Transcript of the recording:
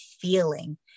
feeling